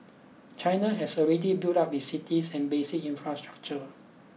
China has already built up its cities and basic infrastructure